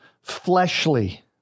fleshly